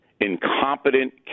incompetent